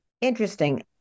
Interesting